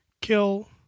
kill